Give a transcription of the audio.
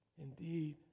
Indeed